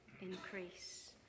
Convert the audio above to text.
increase